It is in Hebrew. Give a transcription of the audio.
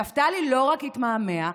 נפתלי לא רק התמהמה.